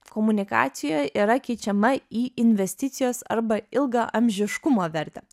komunikacijoje yra keičiama į investicijos arba ilgaamžiškumo vertę